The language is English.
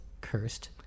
cursed